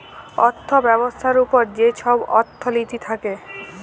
অথ্থ ব্যবস্থার উপর যে ছব অথ্থলিতি থ্যাকে